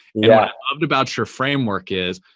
yeah ah but about your framework is,